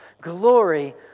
glory